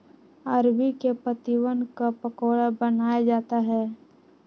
अरबी के पत्तिवन क पकोड़ा बनाया जाता है